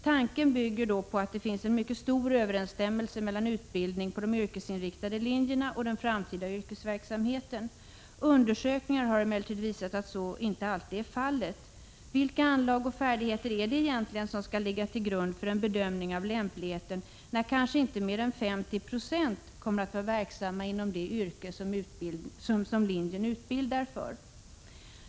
Tanken bygger på att det finns en mycket stor överensstämmelse mellan utbildning på de yrkesinriktade linjerna och den framtida yrkesverk samheten. Undersökningar har visat att så emellertid inte alltid är fallet. — Prot. 1986/87:46 Vilka anlag och färdigheter är det egentligen som skall ligga till grund fören 10 december 1986 bedömning av lämpligheten när kanske inte mer än 50 96 kommer att vara verksamma inom det yrke som linjen utbildar för?